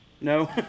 No